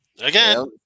Again